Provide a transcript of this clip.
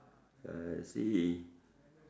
I see